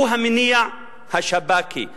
הוא המניע השב"כניקי,